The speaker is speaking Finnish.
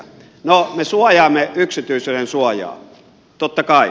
no me suojaamme yksityisyydensuojaa totta kai